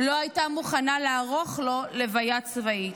לא הייתה מוכנה לערוך לו לוויה צבאית.